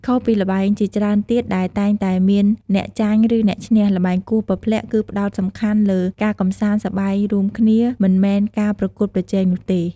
ខុសពីល្បែងជាច្រើនទៀតដែលតែងតែមានអ្នកចាញ់ ឬអ្នកឈ្នះ ល្បែងគោះពព្លាក់គឺផ្តោតសំខាន់លើ ការកម្សាន្តសប្បាយរួមគ្នា មិនមែនការប្រកួតប្រជែងនោះទេ។